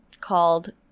called